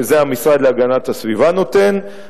שזה המשרד להגנת הסביבה נותן,